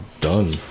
Done